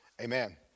Amen